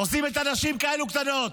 עושים את הנשים כאלו קטנות.